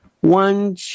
one